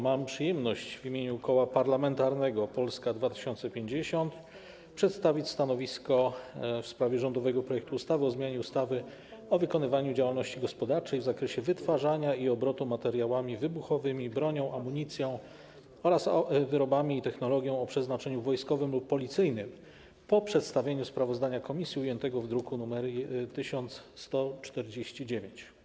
Mam przyjemność w imieniu Koła Parlamentarnego Polska 2050 przedstawić stanowisko w sprawie rządowego projektu ustawy o zmianie ustawy o wykonywaniu działalności gospodarczej w zakresie wytwarzania i obrotu materiałami wybuchowymi, bronią, amunicją oraz wyrobami i technologią o przeznaczeniu wojskowym lub policyjnym - po przedstawieniu sprawozdania komisji ujętego w druku nr 1149.